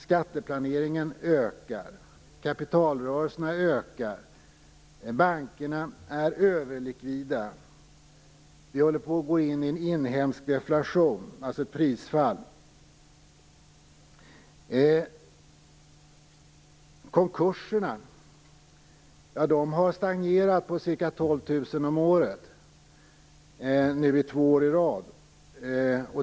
Skatteplaneringen ökar. Kapitalrörelserna ökar. Bankerna är överlikvida. Vi håller på att gå in i en inhemsk deflation, alltså ett prisfall. Konkurserna har stagnerat och ligger på ca 12 000 för andra året i rad.